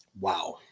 Wow